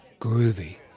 groovy